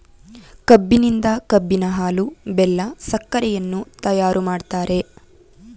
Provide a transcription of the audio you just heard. ಕಬ್ಬಿನಿಂದ ಕಬ್ಬಿನ ಹಾಲು, ಬೆಲ್ಲ, ಸಕ್ಕರೆಯನ್ನ ತಯಾರು ಮಾಡ್ತರೆ